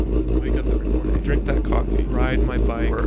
wake up every morning, drink that coffee, ride my bike, work,